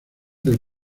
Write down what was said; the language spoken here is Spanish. del